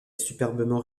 superbement